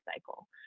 cycle